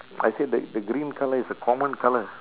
I said the the green colour is a common colour